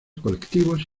colectivos